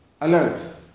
alert